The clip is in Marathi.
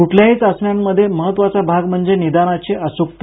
क्ठल्याही चाचण्यांमध्ये महत्वाचा भाग म्हणजे निदानातली अचूकता